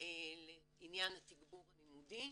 לעניין התגבור הלימודי,